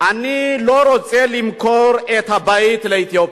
אני לא רוצה למכור את הבית לאתיופים.